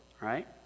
right